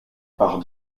par